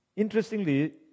Interestingly